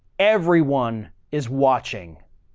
everyone is watching.